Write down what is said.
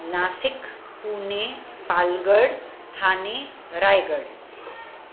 Nashik Pune Palghar Thane Raigad